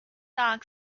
dog